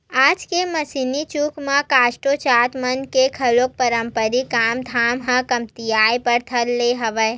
आज के मसीनी जुग म कोस्टा जात मन के घलो पारंपरिक काम धाम ह कमतियाये बर धर ले हवय